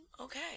okay